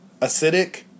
acidic